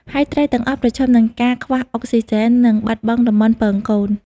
ហើយត្រីទាំងអស់ប្រឈមនឹងការខ្វះអុកស៊ីហ្សែន និងបាត់បង់តំបន់ពងកូន។